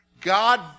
God